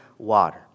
water